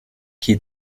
qui